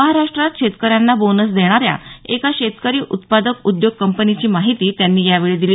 महाराष्ट्रात शेतकऱ्यांना बोनस देणाऱ्या एका शेतकरी उत्पादक उद्योग कंपनीची माहिती त्यांनी यावेळी दिली